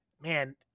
man